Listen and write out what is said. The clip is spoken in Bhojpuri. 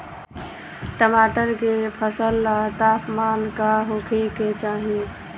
टमाटर के फसल ला तापमान का होखे के चाही?